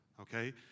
okay